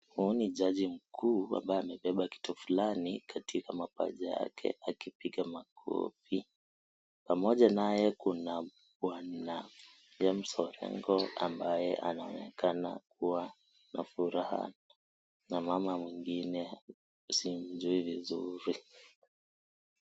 Huyu ni jaji mkuu ambaye amebeba kitu fulani katika mapaja yake akipiga makofi. Pamoja naye kuna bwana James Orengo ambaye anaonekana kuwa na furaha, na mama mwingine simjui vizuri.